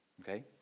Okay